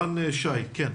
רן שי, כן.